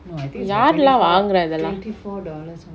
யாருளா வாங்குரா இதலா:yaarala vaangura ithala